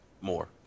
More